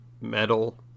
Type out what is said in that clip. metal